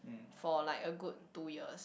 for like a good two years